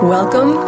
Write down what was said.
Welcome